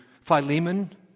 Philemon